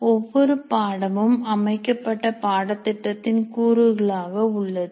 ஒவ்வொரு பாடமும் அமைக்கப்பட்ட பாடத்திட்டத்தின் கூறுகளாக உள்ளது